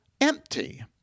empty